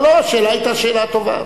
לא, לא, השאלה היתה שאלה טובה.